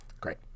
great